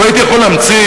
אם הייתי יכול להמציא,